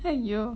!aiyo!